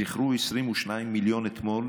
זכרו 22 מיליון, אתמול,